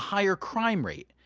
higher crime rate.